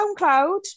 soundcloud